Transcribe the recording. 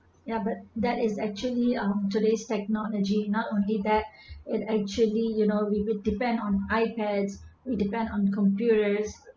ya but that is actually uh today's technology not only that it actually you know we would depend on ipads we depend on computers